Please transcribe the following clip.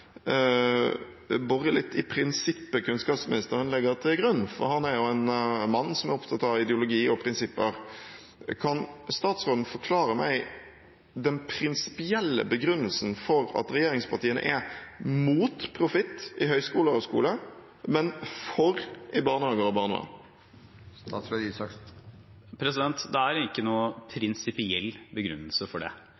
litt i prinsippet kunnskapsministeren legger til grunn, for han er en mann som er opptatt av ideologi og prinsipper. Kan statsråden forklare meg den prinsipielle begrunnelsen for at regjeringspartiene er mot profitt i høyskoler og skoler, men for i barnehager og barnevern? Det er ingen prinsipiell begrunnelse for det.